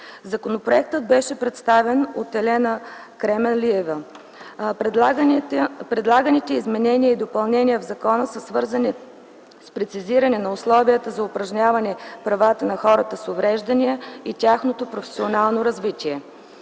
Законопроектът беше представен от Елена Кременлиева. Предлаганите изменения и допълнения в Закона са свързани с прецизиране на условията за упражняване правата на хората с увреждания и тяхното професионално развитие.